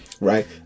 right